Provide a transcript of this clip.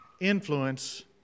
influence